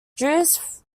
jews